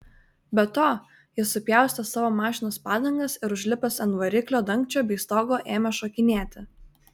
be to jis supjaustė savo mašinos padangas ir užlipęs ant variklio dangčio bei stogo ėmė šokinėti